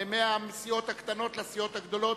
מהסיעות הקטנות לסיעות הגדולות.